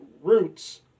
roots